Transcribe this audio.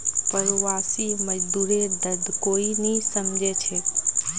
प्रवासी मजदूरेर दर्द कोई नी समझे छे